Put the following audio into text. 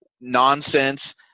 nonsense